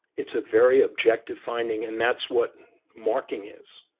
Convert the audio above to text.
it's a very objective finding, and that's what marking is.